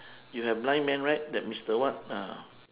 you have blind man right that mister what ah